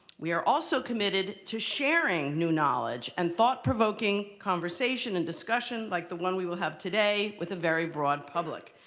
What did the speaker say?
we are also committed to sharing new knowledge and thought provoking conversation and discussion, like the one we will have today, with a very broad public.